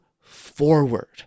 forward